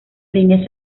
línea